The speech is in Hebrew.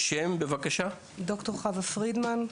ד"ר חוה פרידמן,